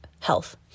health